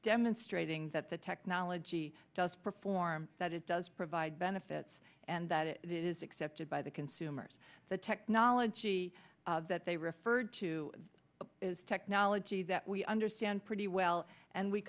demonstrating that the technology does perform that it does provide benefits and that it is accepted by the consumers the technology that they referred to is technology that we understand pretty well and we